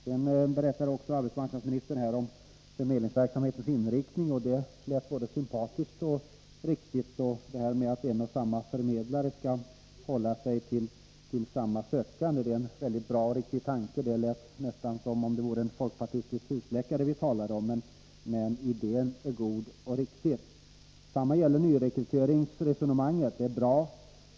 Sedan berättade arbetsmarknadsministern om förmedlingsverksamhetens inriktning, och det lät både sympatiskt och riktigt. Att en och samma förmedlare skall hålla sig till samma sökande är en bra och riktig tanke. Det lät nästan som om det vore en folkpartistisk husläkare vi talade om. Detsamma gäller nyrekryteringsresonemanget.